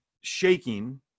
shaking